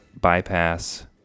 bypass